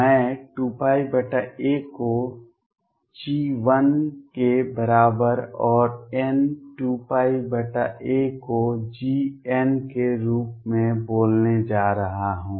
मैं 2πa को G1 के बराबर और n2πa को Gn के रूप में बोलने जा रहा हूं